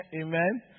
Amen